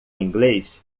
inglês